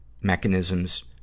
mechanisms